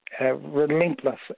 relentless